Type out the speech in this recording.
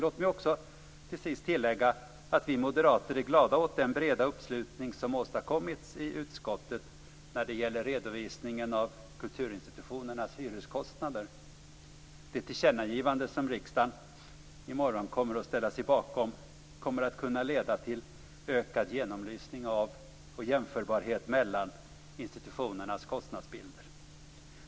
Låt mig också tillägga att vi moderater är glada åt den breda uppslutning som åstadkommits i utskottet när det gäller redovisningen av kulturinstitutionernas hyreskostnader. Det tillkännagivande som riksdagen i morgon kommer att ställa sig bakom kommer att kunna leda till ökad genomlysning av och jämförbarhet mellan institutionernas kostnadsbilder.